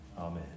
Amen